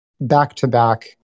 back-to-back